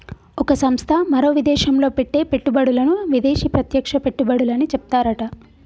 ఒక సంస్థ మరో విదేశంలో పెట్టే పెట్టుబడులను విదేశీ ప్రత్యక్ష పెట్టుబడులని చెప్తారట